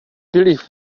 believe